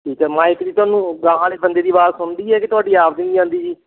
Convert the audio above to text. ਠੀਕ ਹੈ ਮਾਇਕ ਦੀ ਤੁਹਾਨੂੰ ਗਾਂਹਾਂ ਵਾਲੇ ਬੰਦੇ ਦੀ ਆਵਾਜ਼ ਸੁਣਦੀ ਹੈ ਕਿ ਤੁਹਾਡੀ ਆਪਣੀ ਨਹੀਂ ਜਾਂਦੀ ਜੀ